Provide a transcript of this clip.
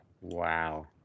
Wow